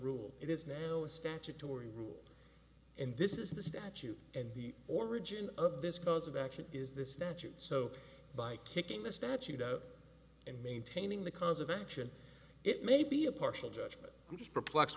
rule it is now a statutory rule and this is the statute and the origin of this cause of action is the statute so by kicking the statute out and maintaining the cause of action it may be a partial judge just perplexed